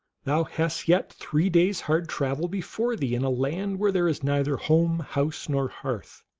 thou hast yet three days hard travel before thee in a land where there is neither home, house, nor hearth,